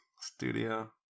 studio